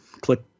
click